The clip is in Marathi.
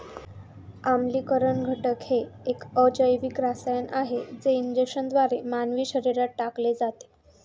आम्लीकरण घटक हे एक अजैविक रसायन आहे जे इंजेक्शनद्वारे मानवी शरीरात टाकले जाते